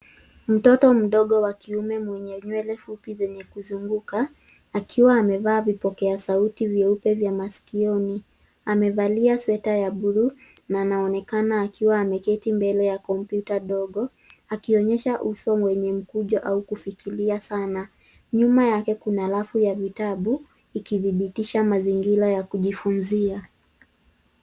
Mtoto mdogo wakiume mwenye nyewele fupi zenye kuzunguka, akiwa amevaa vipokea sauti vyeupe vya masikioni. Amevalia sweta ya bluu na anaonekana akiwa ameketi mbele ya kompyuta ndogo. Akionyesha uso mwenye mkujo au kufikiria sana. Nyuma yake kuna rafu ya vitabu ikithbitisha mazingira ya kujifunzia.